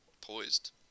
poised